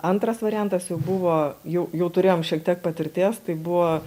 antras variantas jau buvo jau jau turėjom šiek tiek patirties tai buvo